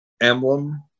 emblem